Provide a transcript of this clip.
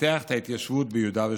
ופיתח את ההתיישבות ביהודה ושומרון.